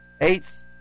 Eighth